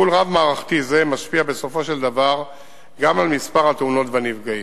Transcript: טיפול רב-מערכתי זה משפיע בסופו של דבר גם על מספר התאונות והנפגעים.